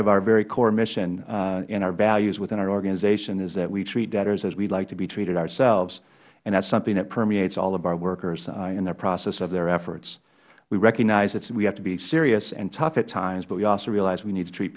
of our very core mission in our values within our organization is that we treat debtors as we like to be treated ourselves and that is something that permeates all of our workers and the process of their efforts we recognize that we have to be serious and tough at times but we also realize we need to treat